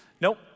Nope